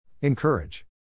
Encourage